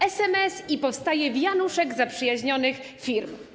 SMS i powstaje wianuszek zaprzyjaźnionych firm.